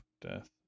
death